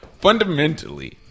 Fundamentally